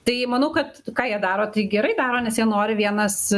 tai manau kad ką jie daro tai gerai daro nes jie nori vienas